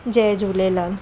Jay Jhulelal